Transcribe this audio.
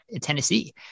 Tennessee